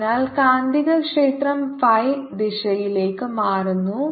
അതിനാൽ കാന്തികക്ഷേത്രം phi ദിശയിലേക്ക് മാറുന്നു